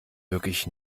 wirklich